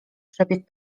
przebieg